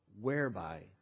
whereby